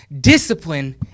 Discipline